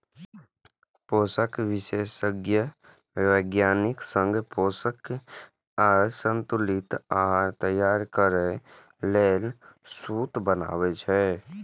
पोषण विशेषज्ञ वैज्ञानिक संग पोषक आ संतुलित आहार तैयार करै लेल सूत्र बनाबै छै